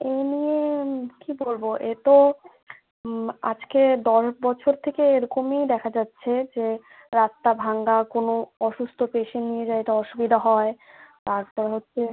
এই নিয়ে কী বলবো এ তো আজকে দশ বছর থেকে এরকমই দেখা যাচ্ছে যে রাস্তা ভাঙা কোনো অসুস্থ পেশেন্ট নিতে যেতে অসুবিধা হয় আরেকটা হচ্চে